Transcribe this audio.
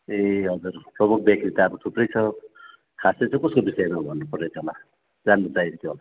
ए हजर प्रमुख व्यक्ति त अब थुप्रै छ खासै चाहिँ कसको विषयमा भन्नुपर्ने थियो होला जान्नु चाहेको थियो होला